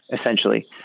essentially